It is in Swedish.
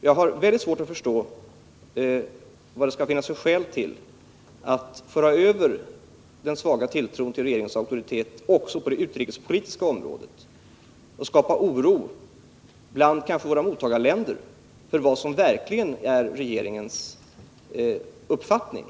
Jag har väldigt svårt att förstå vilka skäl som kan finnas för att föra över den svaga tilltron till regeringens auktoritet på andra områden också på det utrikespolitiska området och därmed skapa osäkerhet bland våra mottagarländer om vad som verkligen är regeringens uppfattning.